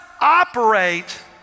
operate